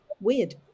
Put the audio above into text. weird